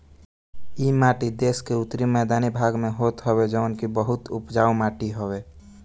इ माटी देस के उत्तरी मैदानी भाग में होत हवे जवन की बहुते उपजाऊ माटी हवे